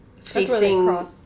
facing